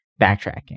backtracking